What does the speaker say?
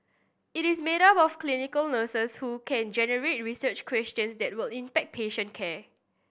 it is made up of clinical nurses who can generate research questions that will impact patient care